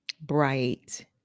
bright